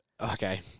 Okay